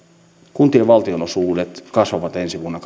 kuntien valtionosuudet kasvavat ensi vuonna